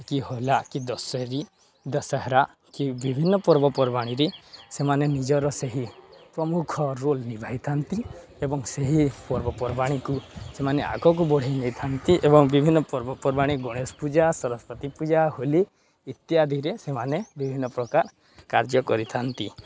କି ହଲା କି ଦଶହେରୀ ଦଶହରା କି ବିଭିନ୍ନ ପର୍ବପର୍ବାଣୀରେ ସେମାନେ ନିଜର ସେହି ପ୍ରମୁଖ ରୋଲ୍ ନିଭାଇଥାନ୍ତି ଏବଂ ସେହି ପର୍ବପର୍ବାଣୀକୁ ସେମାନେ ଆଗକୁ ବଢ଼େଇ ନେଇଥାନ୍ତି ଏବଂ ବିଭିନ୍ନ ପର୍ବପର୍ବାଣୀ ଗଣେଶ ପୂଜା ସରସ୍ୱତୀ ପୂଜା ହୋଲି ଇତ୍ୟାଦିରେ ସେମାନେ ବିଭିନ୍ନ ପ୍ରକାର କାର୍ଯ୍ୟ କରିଥାନ୍ତି